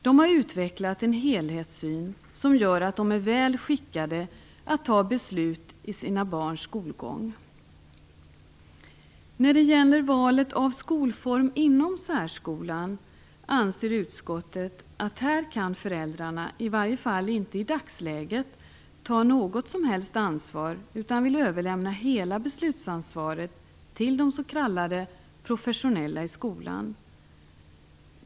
De har utvecklat en helhetssyn som gör att de är väl skickade att ta beslut om sina barns skolgång. När det gäller valet av skolform inom särskolan anser utskottet att här kan föräldrarna i varje fall i dagsläget inte ta något som helst ansvar. I stället vill man överlämna hela beslutsansvaret till "de professionella i skolan".